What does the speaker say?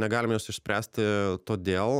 negalime jos išspręsti todėl